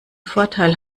vorteil